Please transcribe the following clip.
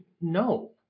No